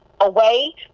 away